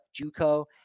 Juco